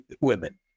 women